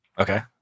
Okay